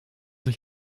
ich